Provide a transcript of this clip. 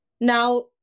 now